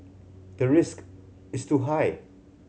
the risk is too high